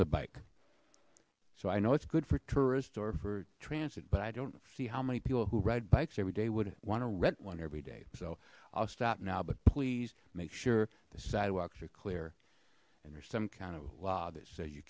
the bike so i know it's good for tourists or for transit but i don't see how many people who ride bikes every day would want to rent one everyday so i'll stop now but please make sure the sidewalks are clear and there's some kind of law that says you